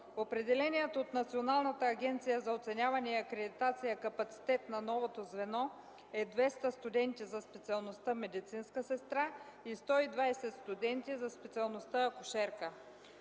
Определеният от Националната агенция за оценяване и акредитация капацитет на новото звено е 200 студенти за специалността „Медицинска сестра” и 120 студенти за специалността „Акушерка”.